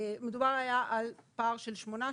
מדובר היה על פער של שמונה,